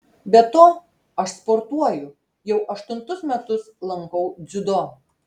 be to aš sportuoju jau aštuntus metus lankau dziudo